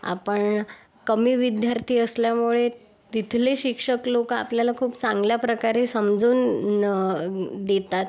आपण कमी विद्यार्थी असल्यामुळे तिथले शिक्षक लोक आपल्याला खूप चांगल्या प्रकारे समजून देतात